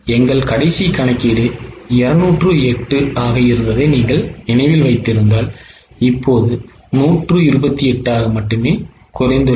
எங்கள் கடைசி கணக்கீடு 208 ஆக இருந்ததை நீங்கள் நினைவில் வைத்திருந்தால் இப்போது 128 ஆக மட்டுமே குறைந்துள்ளது